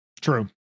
True